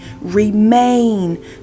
Remain